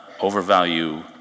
overvalue